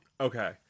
Okay